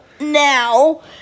now